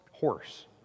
horse